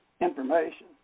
information